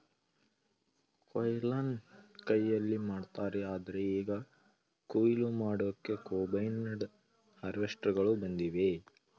ಕೊಯ್ಲನ್ನ ಕೈಯಲ್ಲಿ ಮಾಡ್ತಾರೆ ಆದ್ರೆ ಈಗ ಕುಯ್ಲು ಮಾಡೋಕೆ ಕಂಬೈನ್ಡ್ ಹಾರ್ವೆಸ್ಟರ್ಗಳು ಬಂದಿವೆ